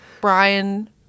Brian